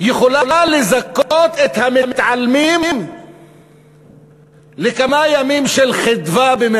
יכולה לזכות את המתעלמים בכמה ימים של "חדווה".